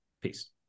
Peace